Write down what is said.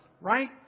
right